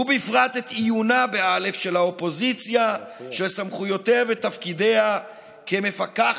היא שלא נותנים לא אבטלה ולא תוכנית לעסקים קטנים